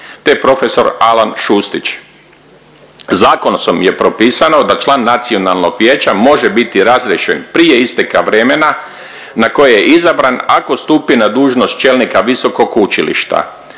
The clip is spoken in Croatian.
se ne razumije./... je propisano da član nacionalnog vijeća može biti razriješen prije isteka vremena na koje je izabran ako stupi na dužnost čelnika visokog učilišta.